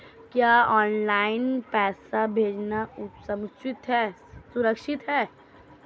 क्या ऑनलाइन पैसे भेजना सुरक्षित है?